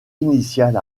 initiale